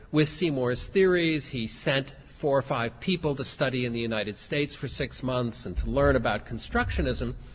with seymour's theories, he sent four or five people to study in the united states for six months and to learn about constructionism.